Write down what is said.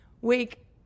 Week